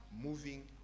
moving